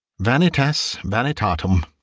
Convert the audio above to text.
vanitas vanitatum.